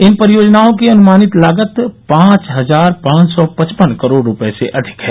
इन परियोजनाओं की अनुमानित लागत पांच हजार पांच सौ पचपन करोड रुपये से अधिक है